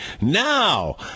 Now